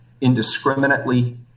indiscriminately